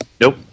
Nope